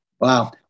Wow